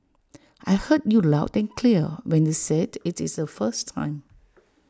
I heard you loud and clear when you said IT is A first time